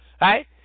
right